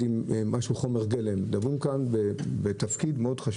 על תפקיד חשוב מאוד.